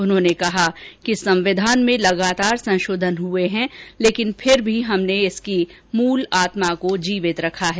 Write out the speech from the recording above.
उन्होंने कहा कि संविधान में लगातार संशोधन हुए हैं लेकिन फिर भी हमने अब तक इसकी मूल आत्मा को जीवित रखा है